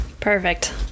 perfect